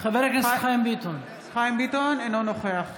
אינו נוכח